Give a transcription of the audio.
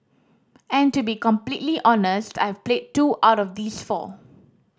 and to be completely honest I have played two out of these four